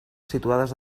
situades